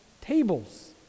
tables